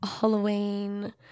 Halloween